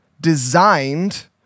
designed